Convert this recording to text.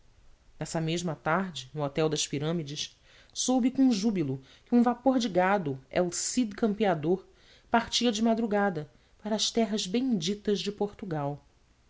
nessa mesma tarde no hotel das pirâmides soube com júbilo que um vapor de gado el cid campeador partia de madrugada para as terras benditas de portugal